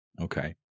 Okay